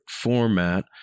format